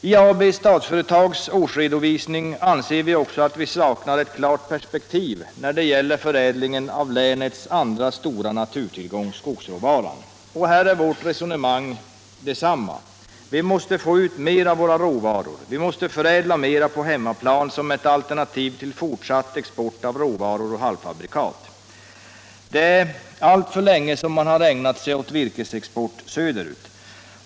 I AB Statsföretags årsredovisning anser vi också att vi saknar ett klart perspektiv när det gäller förädlingen av länets andra stora naturtillgång, nämligen skogsråvara. Här är vårt resonemang detsamma. Vi måste få ut mera av våra råvaror. Vi måste förädla mera på hemmaplan som ett alternativ till fortsatt export av råvaror och halvfabrikat. Det är alltför länge som man har ägnat sig åt virkesexport söderut.